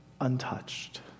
untouched